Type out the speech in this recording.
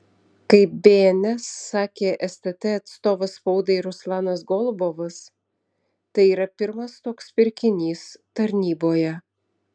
kaip bns sakė stt atstovas spaudai ruslanas golubovas tai yra pirmas toks pirkinys tarnyboje